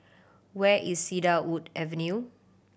where is Cedarwood Avenue